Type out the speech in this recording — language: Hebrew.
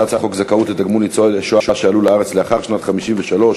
הצעת חוק זכאות לתגמול לניצולי שואה שעלו לארץ לאחר שנת 1953,